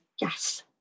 yes